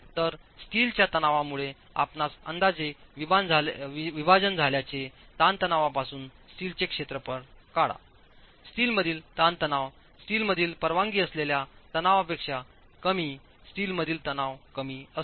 तर स्टीलच्या तणावामुळे आपणास अंदाजे विभाजन झाल्याचे ताणतणावापासून स्टीलचे क्षेत्रफळ काढास्टीलमधील ताणतणाव स्टीलमधील परवानगी असलेल्या तणावपेक्षा कमी स्टीलमधील तणाव कमी असतो